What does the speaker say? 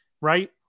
right